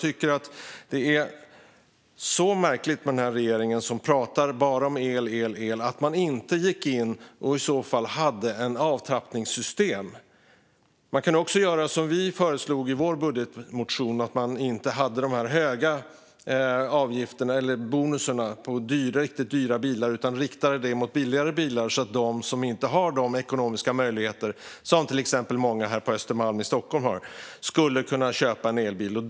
Det är märkligt att den här regeringen, som knappt pratar om annat än el, inte gick in med ett avtrappningssystem. Man kunde också göra som vi föreslog i vår budgetmotion och inte ha höga bonusar på dyra bilar utan rikta dem mot billigare bilar, så att också de som inte har samma ekonomiska möjligheter som många på Östermalm i Stockholm har skulle kunna köpa en elbil.